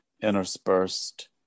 interspersed